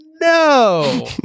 no